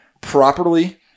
properly